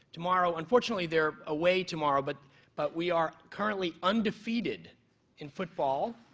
tomorrow, unfortunately they're away tomorrow, but but we are currently undefeated in football,